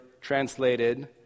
translated